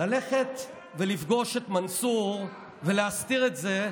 ללכת ולפגוש את מנסור ולהסתיר את זה,